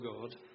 God